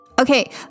Okay